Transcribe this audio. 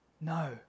No